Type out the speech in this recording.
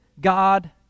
God